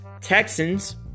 Texans